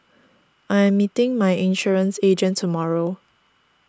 I am meeting my insurance agent tomorrow